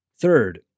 Third